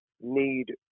need